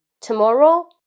Tomorrow